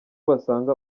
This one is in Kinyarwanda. basanga